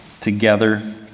together